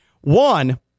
One